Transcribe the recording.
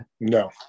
No